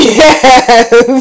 yes